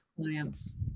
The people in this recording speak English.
clients